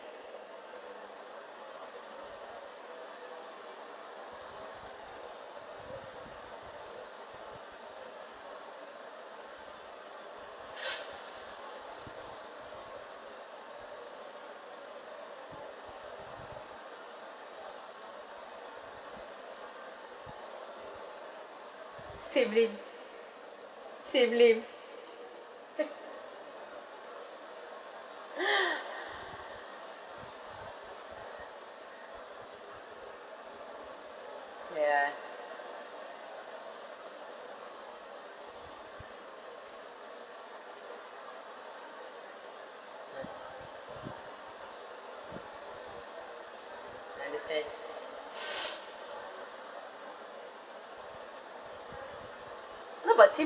sim lim sim lim ya understand no but